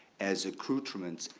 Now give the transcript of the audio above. as a crew truman's,